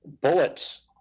bullets